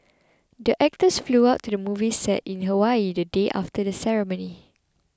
the actors flew out to the movie set in Hawaii the day after the ceremony